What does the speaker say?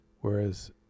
Whereas